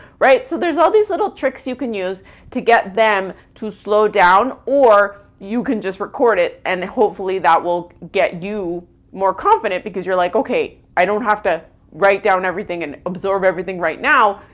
right? so there's all these little tricks you can use to get them to slow down, or you can just record it and hopefully, that will get you more confident because you're like, okay, i don't have to write down everything and absorb everything right now,